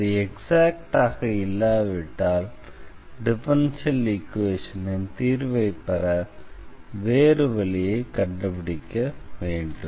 அது எக்ஸாக்ட் ஆக இல்லாவிட்டால் டிஃபரன்ஷியல் ஈக்வேஷனின் தீர்வைப் பெற வேறு வழியைக் கண்டுபிடிக்க வேண்டும்